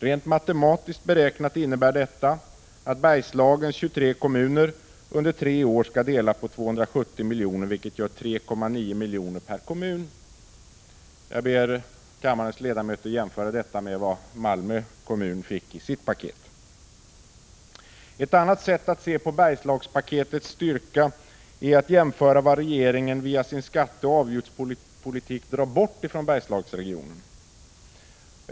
Rent matematiskt beräknat innebär detta att Bergslagens 23 kommuner under tre år skall dela på 270 milj.kr., vilket gör 3,9 miljoner per kommun. Jag ber kammarens ledamöter jämföra detta med vad Malmö kommun fick i sitt paket. Ett annat sätt att se på Bergslagspaketets styrka är att jämföra vad regeringen via sin skatteoch avgiftspolitik drar bort ifrån Bergslagsregionen.